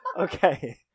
Okay